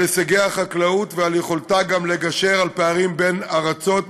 על הישגי החקלאות ועל יכולתה גם לגשר על פערים בין ארצות,